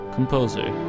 Composer